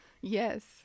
yes